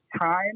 time